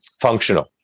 functional